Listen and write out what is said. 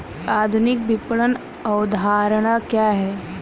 आधुनिक विपणन अवधारणा क्या है?